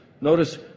notice